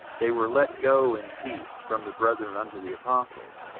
they were let go in peace from the brethren unto the apostles.